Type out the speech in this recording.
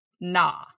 nah